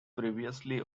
previously